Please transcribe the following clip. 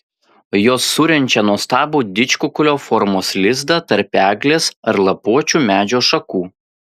jos surenčia nuostabų didžkukulio formos lizdą tarp eglės ar lapuočio medžio šakų